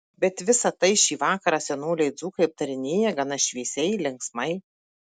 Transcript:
bet visa tai šį vakarą senoliai dzūkai aptarinėja gana šviesiai linksmai